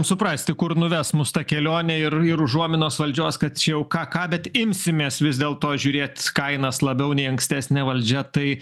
suprasti kur nuves mus ta kelionė ir ir užuominos valdžios kad čia jau ką ką bet imsimės vis dėlto žiūrėt kainas labiau nei ankstesnė valdžia tai